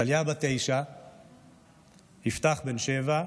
טליה, בת תשע, יפתח, בן שבע,